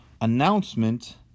announcement